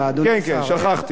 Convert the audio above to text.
כן כן, שכחתי, שכחתי.